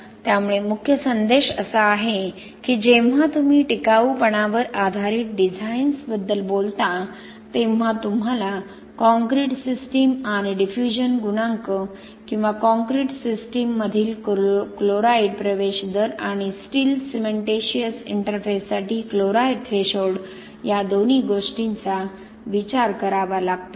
त्यामुळे मुख्य संदेश असा आहे की जेव्हा तुम्ही टिकाऊपणावर आधारित डिझाइन्सबद्दल बोलता तेव्हा तुम्हाला कॉंक्रिट सिस्टीम आणि डिफ्यूजन गुणांक किंवा कॉंक्रिट सिस्टीममधील क्लोराईड प्रवेश दर आणि स्टील सिमेंटीशिअस इंटरफेससाठी क्लोराईड थ्रेशोल्ड या दोन्ही गोष्टींचा विचार करावा लागतो